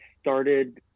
started